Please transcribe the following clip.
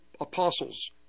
apostles